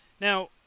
Now